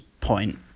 point